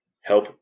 help